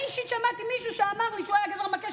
אני אישית שמעתי מישהו שהיה גבר מכה,